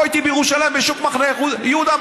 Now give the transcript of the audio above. בוא איתי לירושלים לשוק מחנה יהודה,